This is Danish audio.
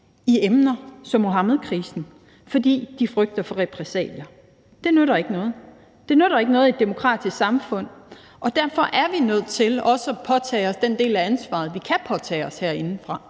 i emner som Muhammedkrisen, fordi de frygter for repressalier. Det nytter ikke noget. Det nytter ikke noget i et demokratisk samfund, og derfor er vi nødt til også at påtage os den del af ansvaret, vi kan påtage os herinde.